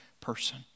person